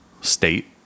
state